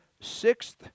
sixth